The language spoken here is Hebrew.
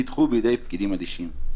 נדחו בידי פקידים אדישים.